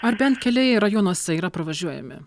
ar bent keliai rajonuose yra pravažiuojami